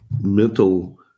mental